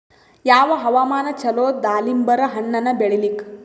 ಯಾವ ಹವಾಮಾನ ಚಲೋ ದಾಲಿಂಬರ ಹಣ್ಣನ್ನ ಬೆಳಿಲಿಕ?